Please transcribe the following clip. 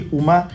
uma